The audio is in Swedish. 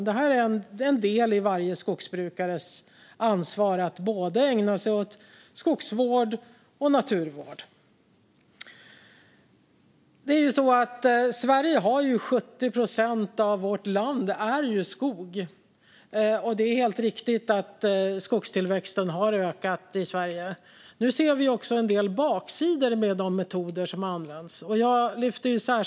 Det är en del i varje skogsbrukares ansvar att ägna sig åt både skogsvård och naturvård. 70 procent av vårt land är skog. Och det är helt riktigt att skogstillväxten har ökat i Sverige. Nu ser vi också en del baksidor med de metoder som använts.